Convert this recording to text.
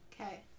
Okay